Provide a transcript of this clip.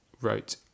wrote